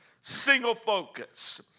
single-focus